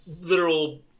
literal